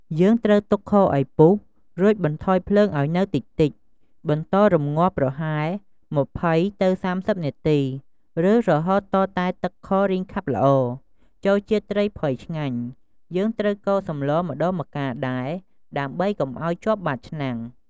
យើងត្រូវទុកខឱ្យពុះ រួចបន្ថយភ្លើងឱ្យនៅតិចៗ បន្តរម្ងាស់ប្រហែល ២០ ទៅ ៣០ នាទី ឬរហូតទាល់តែទឹកខរីងខាប់ល្អ ចូលជាតិត្រីផុយឆ្ងាញ់ យើងត្រូវកូរសម្លម្ដងម្កាលដែរ ដើម្បីកុំឱ្យជាប់បាតឆ្នាំង។